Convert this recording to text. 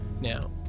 Now